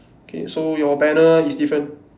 okay so your banner is different